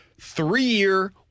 three-year